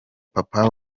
papa